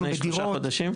שניים-שלושה חודשים?